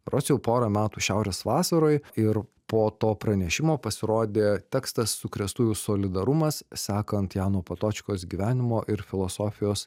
berods jau porą metų šiaurės vasaroj ir po to pranešimo pasirodė tekstas sukrėstųjų solidarumas sekant jano patočkos gyvenimo ir filosofijos